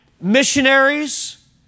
missionaries